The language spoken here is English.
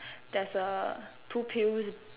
there's err two pills